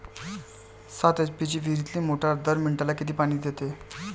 सात एच.पी ची विहिरीतली मोटार दर मिनटाले किती पानी देते?